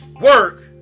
Work